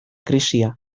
krisia